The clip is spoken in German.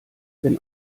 wenn